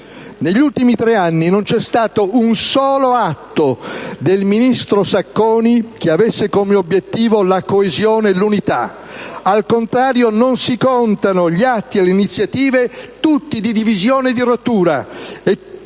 Negli ultimi tre anni non c'è stato un solo atto del ministro Sacconi che avesse come obiettivo la coesione e l'unità; al contrario, non si contano gli atti e le iniziative tutti di divisione e di rottura.